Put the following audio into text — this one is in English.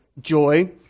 Joy